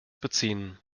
beziehen